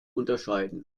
unterscheiden